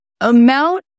amount